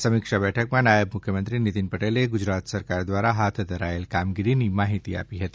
આ સમીક્ષા બેઠકમાં નાયબ મુખ્યમંત્રી નીતીન પટેલે ગુજરાત સરકાર દ્વારા હાથ ધરાયેલ કામગીરીની માહીતી આપી હતી